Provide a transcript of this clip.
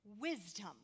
wisdom